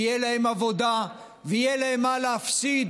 ותהיה להם עבודה ויהיה להם מה להפסיד,